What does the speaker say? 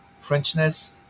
Frenchness